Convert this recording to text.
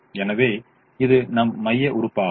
எனவே இது நம் மைய உறுப்பாகும்